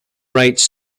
rights